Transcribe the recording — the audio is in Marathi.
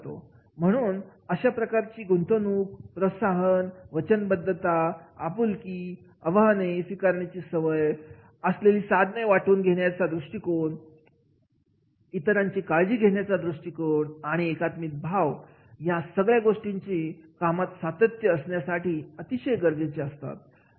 म्हणून अशा प्रकारची गुंतवणूक प्रोत्साहन वचनबद्धता आपुलकी आव्हाने स्वीकारण्याची सवय असलेली साधने वाटून घेण्याचा दृष्टीकोण इतरांची काळजी घेण्याचा दृष्टीकोण आणि एकात्मिक भाव या सगळ्या गोष्टी कामात सातत्य आणण्यासाठी अतिशय गरजेच्या आहेत